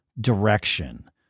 direction